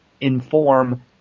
inform